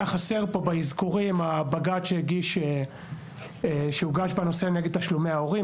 היה חסר כאן באזכורים הבג״ץ שהוגש נגד תשלומי ההורים,